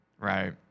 right